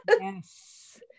Yes